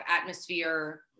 atmosphere